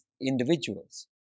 individuals